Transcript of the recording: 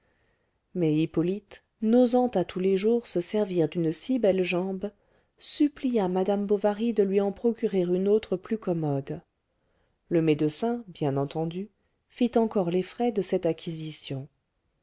mais hippolyte n'osant à tous les jours se servir d'une si belle jambe supplia madame bovary de lui en procurer une autre plus commode le médecin bien entendu fit encore les frais de cette acquisition